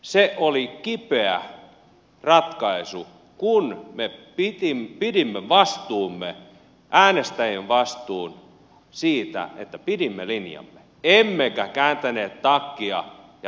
se oli kipeä ratkaisu kun me pidimme vastuumme äänestäjille vastuun siitä että pidimme linjamme emmekä kääntäneet takkia ja menneet hallitukseen